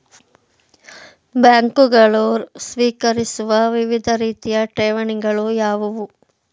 ಬ್ಯಾಂಕುಗಳು ಸ್ವೀಕರಿಸುವ ವಿವಿಧ ರೀತಿಯ ಠೇವಣಿಗಳು ಯಾವುವು?